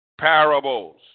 Parables